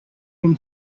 him